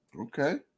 Okay